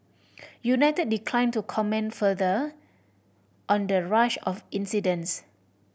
United declined to comment further on the rash of incidents